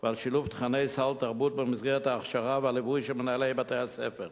ולשלב תוכני סל תרבות במסגרת ההכשרה והליווי של מנהלי בתי-הספר.